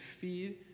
feed